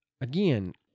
Again